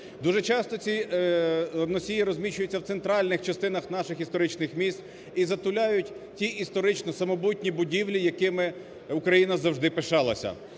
Дуже часто ці носії розміщуються в центральних частинах наших історичних міст і затуляють ті історичні самобутні будівлі, якими Україна завжди пишалася.